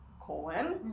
colon